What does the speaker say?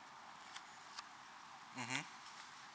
mmhmm